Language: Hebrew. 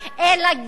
אלא גם